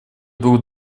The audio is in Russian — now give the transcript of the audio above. дух